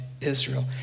Israel